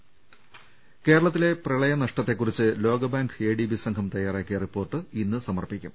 ലലലലലലലലലലലല കേരളത്തിലെ പ്രളയ നഷ്ടത്തെക്കുറിച്ച് ലോകബാങ്ക് എ ഡി ബി സംഘം തയ്യാറാക്കിയ റിപ്പോർട്ട് ഇന്ന് സമർപ്പിക്കും